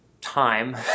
time